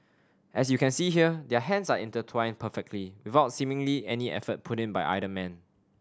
as you can see here their hands are intertwined perfectly without seemingly any effort put in by either man